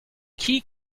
key